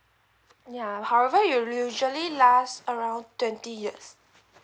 ya however you usually last around twenty years